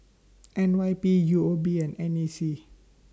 N Y P U O B and N A C